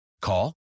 call